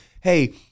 Hey